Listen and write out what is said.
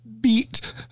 beat